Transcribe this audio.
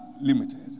limited